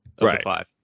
Right